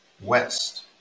west